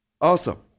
Awesome